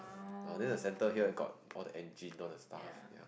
err then the center here got all the engine all the stuff ya